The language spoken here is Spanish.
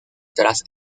tras